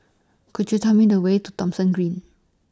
Could YOU Tell Me The Way to Thomson Green